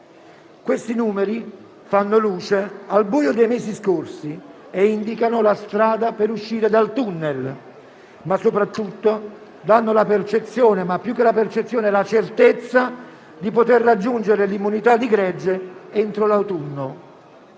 Questi numeri fanno luce nel buio dei mesi scorsi e indicano la strada per uscire dal tunnel, ma soprattutto danno la percezione, ma più che la percezione la certezza, di poter raggiungere l'immunità di gregge entro l'autunno.